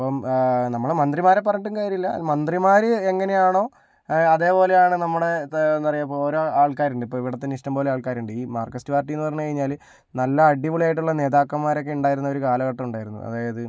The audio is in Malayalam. അപ്പോൾ നമ്മൾ മന്ത്രിമാരെ പറഞ്ഞിട്ടും കാര്യമില്ല മന്ത്രിമാർ എങ്ങനെയാണോ അതേപോലെയാണ് നമ്മുടെ എന്താ പറയുക ഇപ്പോൾ ഓരോ ആൾക്കാരുണ്ട് ഇപ്പോൾ ഇവിടെതന്നെ ഇഷ്ടംപോലെ ആൾക്കാരുണ്ട് ഈ മാർകിസ്റ്റ് പാർട്ടിയെന്ന് പറഞ്ഞു കഴിഞ്ഞാൽ നല്ല അടിപൊളിയായിട്ടുള്ള നേതാക്കന്മാരൊക്കെ ഉണ്ടായിരുന്ന ഒരു കാലഘട്ടം ഉണ്ടായിരുന്നു അതായത്